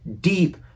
deep